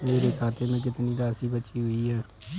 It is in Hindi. मेरे खाते में कितनी राशि बची हुई है?